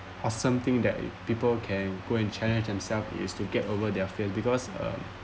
or something that people can go and challenged themselves is to get over their fear because uh